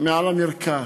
מעל המרקע.